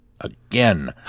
again